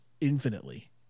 infinitely